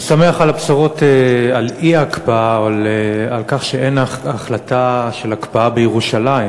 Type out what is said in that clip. אני שמח על הבשורות על האי-הקפאה או על כך שאין החלטה על הקפאה ירושלים.